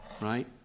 Right